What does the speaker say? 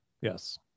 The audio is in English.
Yes